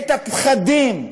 את הפחדים,